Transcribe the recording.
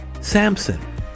Samson